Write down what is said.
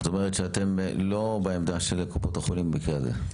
זאת אומרת שאתם לא בעמדה של קופות החולים במקרה הזה.